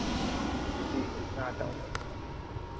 जी जी मैं आता हूँ सर